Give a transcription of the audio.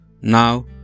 Now